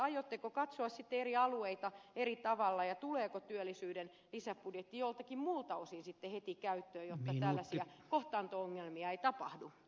aiotteko katsoa sitten eri alueita eri tavalla ja tuleeko työllisyyden lisäbudjetti joltakin muulta osin sitten heti käyttöön jotta tällaisia kohtaanto ongelmia ei tapahdu